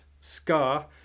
Scar